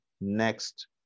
next